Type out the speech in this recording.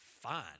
fine